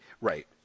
Right